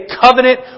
covenant